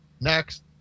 Next